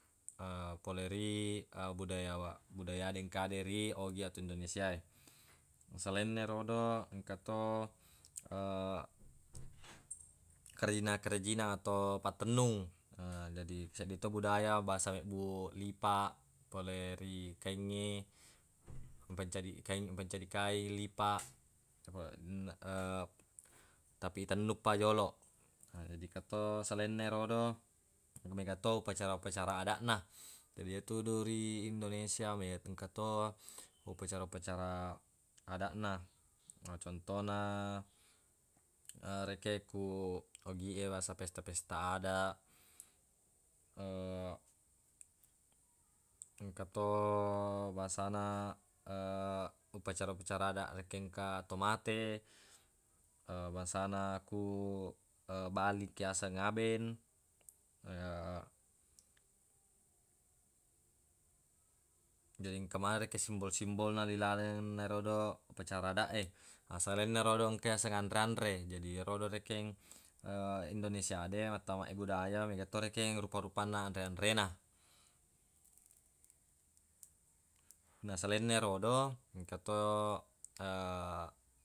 pole ri budaya-budayade engka de ri ogi atau indonesia e. Selainna erodo engka to kerajinan-kerajinan atau pattennung, jadi seddi to budaya bangsa mebbu lipaq pole ri kaingnge pancaji kaing- pancadi kaing lipaq afeq- tapi itennung pa joloq. Na jadi engka to selainna erodo mega to upacara-upacara adaq na, jadi yetudu ri indonesia me- engka to upacara-upacara adaq na contona rekeng ku ogi e bangsana pesta-pesta adaq engka to bangsana upacara-upacara adaq rekeng engka tau mate bangsana akku bali engka yaseng aben jadi engka maneng rekeng simbol-simbolna rilalenna erodo upacara adaq e. Selainna erodo engka yaseng anre-anre, jadi yerodo rekeng indonesia de mattamade budaya mega to rekeng rupa-rupanna anre-anrena. Na selainna erodo engka to.